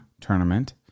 tournament